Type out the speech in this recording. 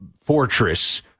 fortress